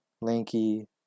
lanky